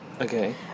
Okay